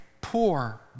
poor